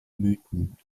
mythen